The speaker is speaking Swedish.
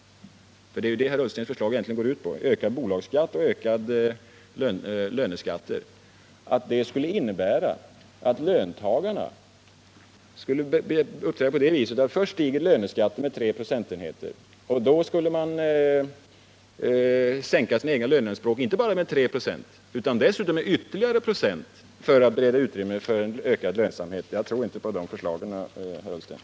Det är ju detta herr Ullstens förslag egentligen går ut på — ökad bolagsskatt och ökade löneskatter. Herr Ullsten menar att detta skulle innebära att löntagarna skulle uppträda på det viset, att om löneskatten först stiger med 3 procentenheter, så skulle man sänka sina egna löneanspråk inte bara med 3 96 utan dessutom med ytterligare ett antal procent för att bereda utrymme för ökad lönsamhet. Jag tror inte på de förslagen, herr Ullsten.